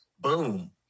boom